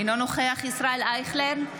אינו נוכח ישראל אייכלר,